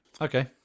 Okay